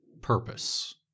purpose